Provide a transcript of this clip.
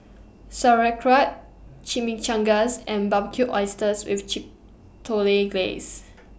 Sauerkraut Chimichangas and Barbecued Oysters with Chipotle Glaze